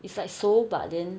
it's like 熟 but then